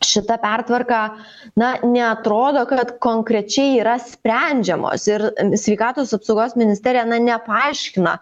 šita pertvarka na neatrodo kad konkrečiai yra sprendžiamos ir sveikatos apsaugos ministerija na nepaaiškino